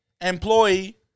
employee